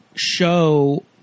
show